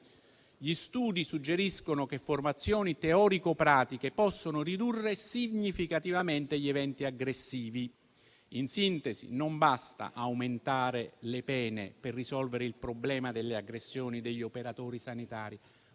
Gli studi suggeriscono che formazioni teorico-pratiche possono ridurre significativamente gli eventi aggressivi. In sintesi, non basta aumentare le pene per risolvere il problema delle aggressioni degli operatori sanitari.